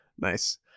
Nice